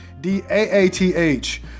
D-A-A-T-H